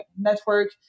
network